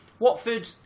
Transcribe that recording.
Watford